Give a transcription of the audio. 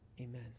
Amen